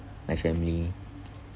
my family